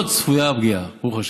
לא צפויה פגיעה, ברוך השם.